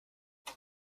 vous